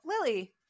Lily